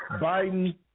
Biden